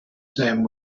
same